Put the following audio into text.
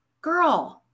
girl